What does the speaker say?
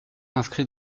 inscrit